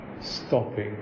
stopping